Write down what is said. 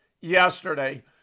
yesterday